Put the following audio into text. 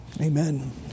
Amen